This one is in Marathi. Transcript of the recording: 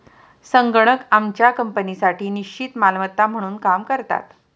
संगणक आमच्या कंपनीसाठी निश्चित मालमत्ता म्हणून काम करतात